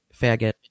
faggot